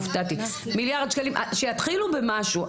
שיתחילו במשהו.